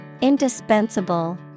Indispensable